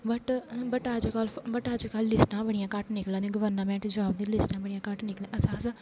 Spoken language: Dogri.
बट अजकल बट अजकल लिस्टा बडियां घट्ट निकला दियां गवर्नामेंट जाॅव दी लिस्टां बडियां घट्ट निकला दी अस